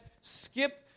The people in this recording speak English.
skip